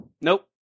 Nope